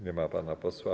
Nie ma pana posła.